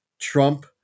Trump